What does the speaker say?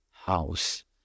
house